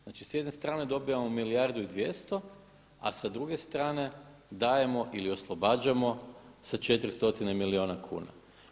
Znači s jedne strane dobivamo 1 milijardu i 200 a sa druge strane dajemo i oslobađamo sa 400 milijun kuna.